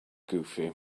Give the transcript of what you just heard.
goofy